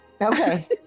Okay